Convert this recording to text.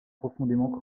profondément